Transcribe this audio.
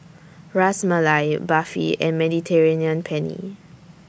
Ras Malai Barfi and Mediterranean Penne